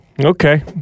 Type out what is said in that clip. Okay